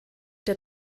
der